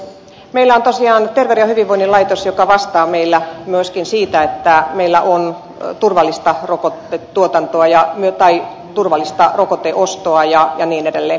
meillä on tosiaan terveyden ja hyvinvoinnin laitos joka vastaa meillä myöskin siitä että meillä on turvallista rokotetuotantoa tai turvallista rokoteostoa ja niin edelleen